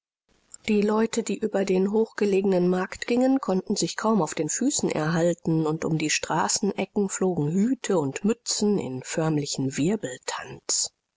die leute die über den hochgelegenen markt gingen konnten sich kaum auf den füßen erhalten und um die straßenecken flogen hüte und mützen im förmlichen